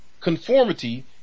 conformity